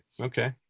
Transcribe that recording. Okay